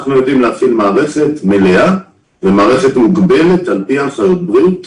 אנחנו יודעים להפעיל מערכת מלאה ומערכת מוגבלת על פי הנחיות בריאות.